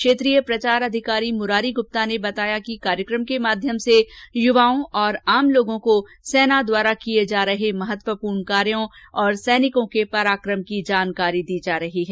क्षेत्रीय प्रचार अधिकारी मुरारी गुप्ता ने बताया कि कार्यक्रम के माध्यम से युवाओं और आम लोगों को सेना द्वारा किए जा रहे महत्वपूर्ण कार्यों और सैनिकों के पराकम की जानकारी दी जा रही है